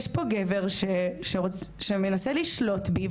יש פה גבר שמנסה לשלוט בי,